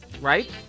Right